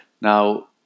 Now